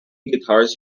guitars